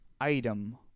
item